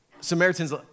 Samaritans